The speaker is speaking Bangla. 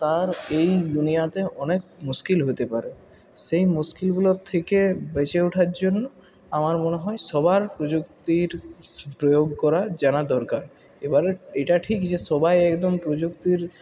তার এই দুনিয়াতে অনেক মুশকিল হতে পারে সেই মুশকিলগুলোর থেকে বেঁচে ওঠার জন্য আমার মনে হয় সবার প্রযুক্তির প্রয়োগ করা জানা দরকার এবার এটা ঠিক যে সবাই একদম প্রযুক্তির